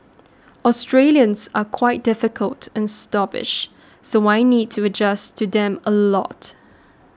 Australians are quite difficult and snobbish so I need to adjust to them a lot